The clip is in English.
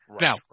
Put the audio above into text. Now